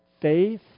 Faith